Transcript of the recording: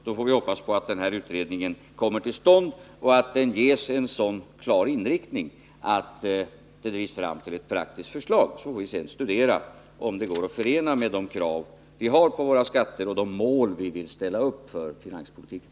Då får vi hoppas att den här utredningen kommer till stånd och att den ges en så klar inriktning att den kan drivas fram till ett praktiskt förslag. Sedan får vi studera om det går att förena med de krav vi har på våra skatter och de mål vi vill ställa upp för finanspolitiken.